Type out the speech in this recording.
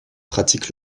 pratique